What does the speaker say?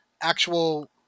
actual